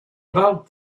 about